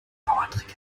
bauerntrick